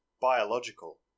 Biological